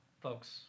folks